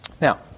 Now